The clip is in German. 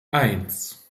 eins